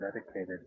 dedicated